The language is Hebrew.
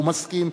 והוא מסכים.